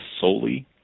solely